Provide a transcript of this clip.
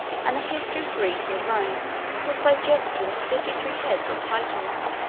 and the history of greece and rome was digested into fifty-three heads or titles,